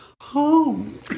home